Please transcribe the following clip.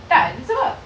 tak sebab